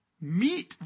Meat